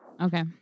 Okay